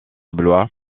blois